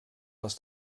was